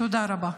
תודה רבה.